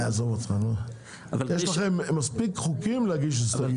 יש לכם מספיק חוקים להגיש הסתייגויות.